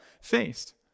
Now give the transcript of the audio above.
faced